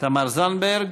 תמר זנדברג.